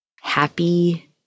happy